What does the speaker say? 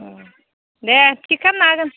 अ दे थिग खालामना हागोन